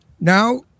Now